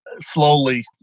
slowly